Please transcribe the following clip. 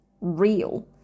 real